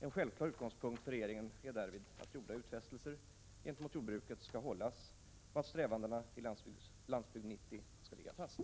En självklar utgångspunkt för regeringen är därvid att gjorda utfästelser gentemot jordbruket skall hållas och att strävandena i ”Landsbygd 90” skall ligga fast.